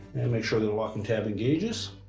make sure that the locking tab engages.